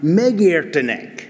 megértenek